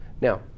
Now